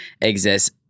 exists